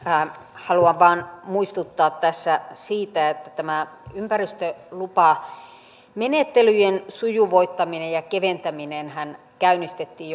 haluan vain muistuttaa tässä siitä että tämä ympäristölupamenettelyjen sujuvoittaminen ja keventäminenhän käynnistettiin